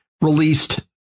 released